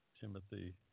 Timothy